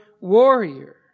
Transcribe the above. warrior